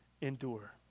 endure